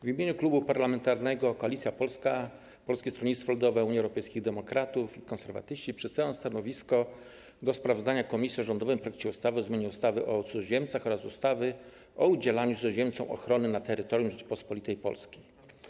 W imieniu Klubu Parlamentarnego Koalicja Polska - Polskie Stronnictwo Ludowe, Unia Europejskich Demokratów, Konserwatyści przedstawiam stanowisko wobec sprawozdania komisji o rządowym projekcie ustawy o zmianie ustawy o cudzoziemcach oraz ustawy o udzielaniu cudzoziemcom ochrony na terytorium Rzeczypospolitej Polskiej.